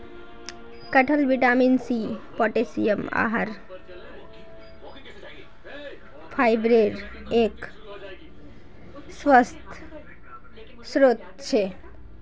कटहल vitamin C, potassium, आहार फाइबरेर एक स्वस्थ स्रोत छे